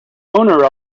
owner